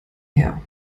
her